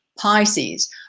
Pisces –